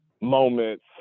moments